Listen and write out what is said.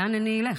לאן אני אלך?